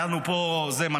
היה לנו פה מנכ"ל,